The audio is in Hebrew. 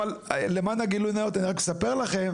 למען הגילוי הנאות אני רק מספר לכם